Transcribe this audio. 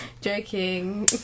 joking